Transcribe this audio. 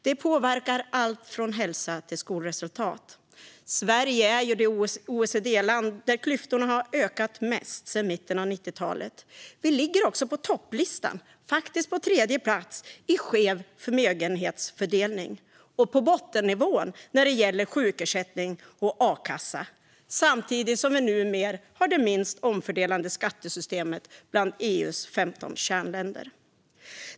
Det påverkar allt från hälsa till skolresultat. Sverige är det OECD-land där klyftorna har ökat mest sedan mitten av 90-talet. Vi ligger också på topplistan, faktiskt på tredje plats, i fråga om skev förmögenhetsfördelning och på bottennivån när det gäller sjukersättning och a-kassa, samtidigt som vi numera har det minst omfördelande skattesystemet av EU:s 15 kärnländer.